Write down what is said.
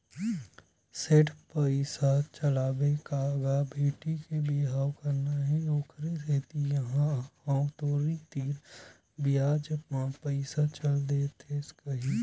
सेठ पइसा चलाबे का गा बेटी के बिहाव करना हे ओखरे सेती आय हंव तोर तीर बियाज म पइसा चला देतेस कहिके